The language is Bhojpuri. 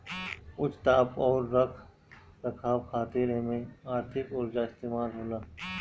उच्च ताप अउरी रख रखाव खातिर एमे अधिका उर्जा इस्तेमाल होला